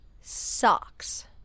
Socks